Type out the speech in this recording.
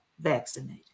vaccinated